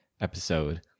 episode